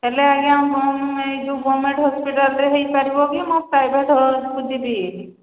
ହେଲେ ଆଜ୍ଞା ଏଇ ଯୋଉ ଗମେଣ୍ଟ ହସ୍ପିଟାଲରେ ହୋଇପାରିବ କି ମୁଁ ପ୍ରାଇଭେଟକୁ ଯିବିି